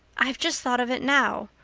i've just thought of it now.